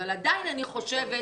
אבל עדיין אני חושבת